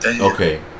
okay